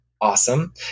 awesome